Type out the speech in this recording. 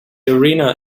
arena